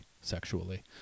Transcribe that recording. sexually